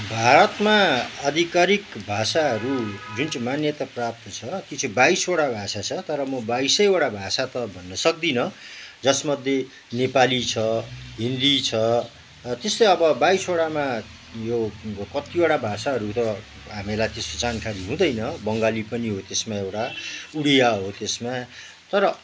भारतमा आधिकारिक भाषाहरू जुन चाहिँ मान्यताप्राप्त छ त्यो चाहिँ बाइसवटा भाषा छ तर म बाइसैवटा भाषा त भन्नु त सक्दिनँ जसमध्ये नेपाली छ हिन्दी छ त्यस्तै अब बाइसवटामा यो कत्तिवटा भाषाहरू त हामीलाई त्यस्तो जानकारी हुँदैन बङ्गाली पनि हो त्यसमा एउटा उडिया हो त्यसमा तर